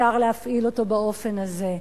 אפשר להפעיל אותו באופן הזה.